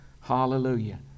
Hallelujah